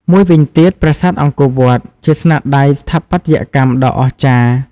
មួយវិញទៀត ប្រាសាទអង្គរវត្ត ជាស្នាដៃស្ថាបត្យកម្មដ៏អស្ចារ្យ។